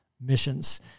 missions